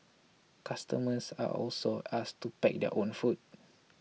customers are also asked to pack their own food